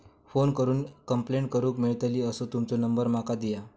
Phone करून complaint करूक मेलतली असो तुमचो नंबर माका दिया?